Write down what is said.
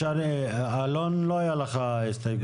שאחראי עליו, זאת שרת הפנים.